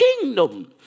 kingdom